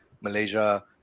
Malaysia